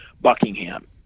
Buckingham